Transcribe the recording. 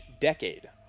decade